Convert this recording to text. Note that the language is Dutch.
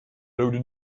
rode